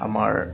আমাৰ